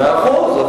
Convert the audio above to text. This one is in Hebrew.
מאה אחוז,